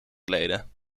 kleden